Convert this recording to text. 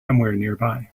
nearby